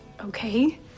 Okay